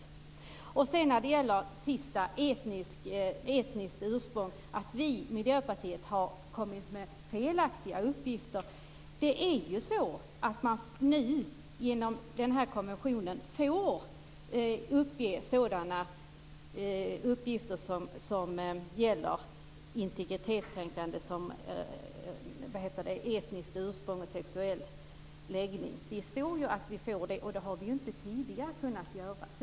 Sedan vill jag ta upp det sista, det om etniskt ursprung och om att vi i Miljöpartiet skulle ha kommit med felaktiga uppgifter. Det är ju så att man genom den här konventionen nu får uppge sådana uppgifter som gäller integritetskränkande i fråga om t.ex. etniskt ursprung och sexuell läggning. Det står ju att vi får det. Det har vi inte tidigare kunnat göra.